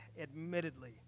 admittedly